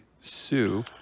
sue